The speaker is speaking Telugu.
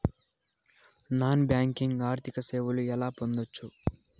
నాన్ బ్యాంకింగ్ ఆర్థిక సేవలు ఎలా పొందొచ్చు?